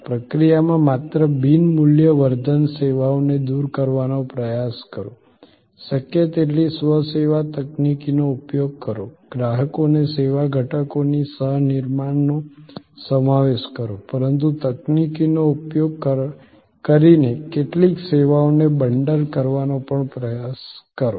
પ્રક્રિયામાં માત્ર બિન મૂલ્યવર્ધન સેવાઓને દૂર કરવાનો પ્રયાસ કરો શક્ય તેટલી સ્વ સેવા તકનીકનો ઉપયોગ કરો ગ્રાહકોને સેવા ઘટકોની સહ નિર્માણનો સમાવેશ કરો પરંતુ તકનીકનો ઉપયોગ કરીને કેટલીક સેવાઓને બંડલ કરવાનો પણ પ્રયાસ કરો